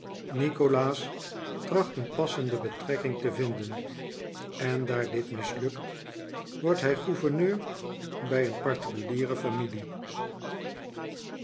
nikolaas tracht een passende betrekking te vinden en daar dit mislukt wordt hij gouverneur bij een particuliere familie